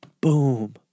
boom